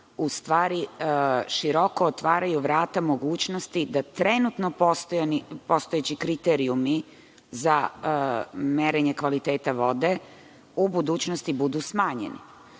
u stvari široko otvaraju vrata mogućnosti, da trenutno postojeći kriterijumi za merenje kvaliteta vode u budućnosti budu smanjeni. Ovaj